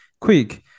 quick